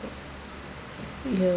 you